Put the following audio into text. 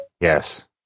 Yes